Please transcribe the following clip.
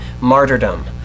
martyrdom